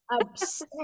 obsessed